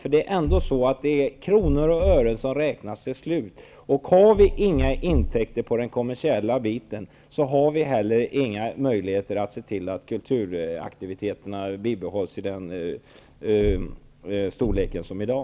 I slutändan är det kronor och ören som räknas. Har vi inga intäkter på den kommersiella sidan så har vi inte heller några möjligheter att se till att kulturaktiviteterna bibehålls i den omfattning de har i dag.